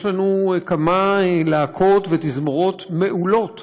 יש לנו כמה להקות ותזמורות מעולות